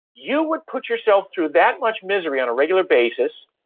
you would put yourself through that much misery on a regular basis,